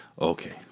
Okay